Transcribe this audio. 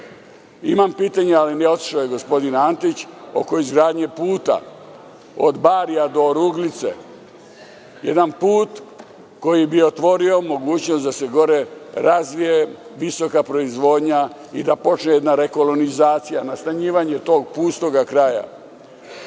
pitanje, ali otišao je gospodin Antić, oko izgradnje puta od Barija do Oruglice. To je jedan put koji bi otvorio mogućnost da se gore razvije visoka proizvodnja i da počne jedna rekolonizacija, nastanjivanje tog pustog kraja.